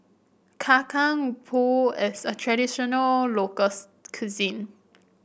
Kacang Pool is a traditional locals cuisine